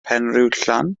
penrhiwllan